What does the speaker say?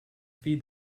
feed